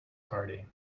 party